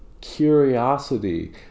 curiosity